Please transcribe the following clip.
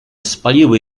spaliły